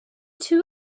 two